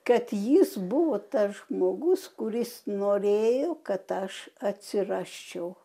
kad jis buvo tas žmogus kuris norėjo kad aš atsirasčiau